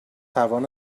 توان